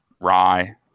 rye